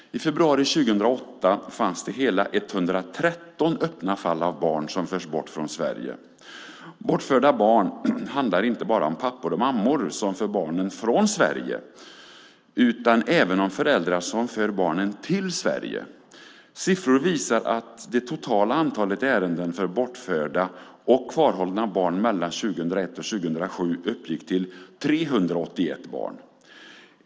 I februari 2008 fanns det hela 113 öppna fall av barn som förts bort från Sverige. Bortförda barn handlar inte bara om pappor och mammor som för barnen från Sverige utan även om föräldrar som för barnen till Sverige. Siffror visar att det totala antalet ärenden för bortförda och kvarhållna barn mellan 2001 och 2007 uppgick till 381 barn.